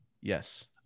Yes